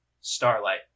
Starlight